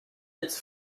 its